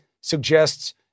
suggests